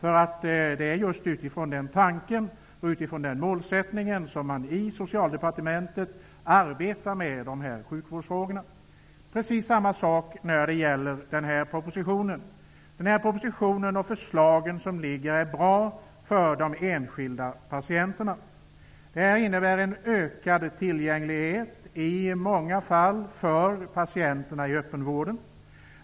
därför att det är just utifrån den tanken och den målsättningen som man arbetar med de här sjukvårdsfrågorna i Det är precis samma sak när det gäller den här propositionen. Det förslag som har lagts fram är bra för de enskilda patienterna. Det innebär en ökad tillgänglighet i många fall för patienterna i öppenvården.